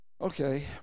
okay